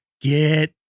get